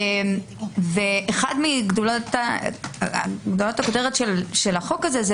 אחת מגולת הכותרת של החוק הזה,